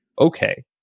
okay